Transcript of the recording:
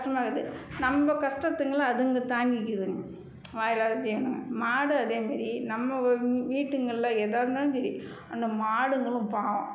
கஷ்டமா இருக்குது நம்ப கஷ்டத்துங்கள அதுங்க தாங்கிக்கிதுங்க வாயில்லாத ஜீவனுங்க மாடு அதே மாரி நம்ம வீட்டுங்களில் ஏதா இருந்தாலும் சரி அந்த மாடுங்களும் பாவம்